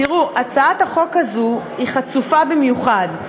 תראו, הצעת החוק הזאת היא חצופה במיוחד,